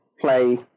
play